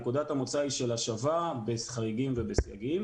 נקודת המוצא היא של השבה בחריגים ובסייגים,